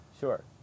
sure